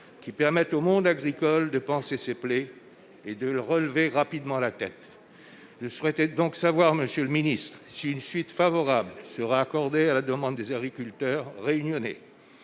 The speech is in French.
qui permet au monde agricole de panser ses plaies et de le relever rapidement à la tête de souhaiter donc savoir, Monsieur le Ministre, si une suite favorable sera accordée à la demande des agriculteurs réunionnais